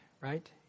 right